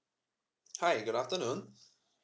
hi good afternoon